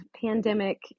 pandemic